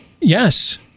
Yes